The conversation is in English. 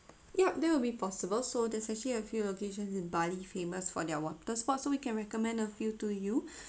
yup that will be possible so there's actually a few locations in bali famous for their water sports so we can recommend a few to you